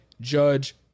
Judge